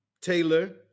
Taylor